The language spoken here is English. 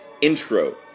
intro